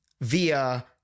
via